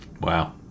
Wow